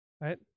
Right